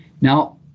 Now